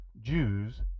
Jews